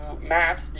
Matt